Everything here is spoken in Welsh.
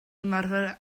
ymarfer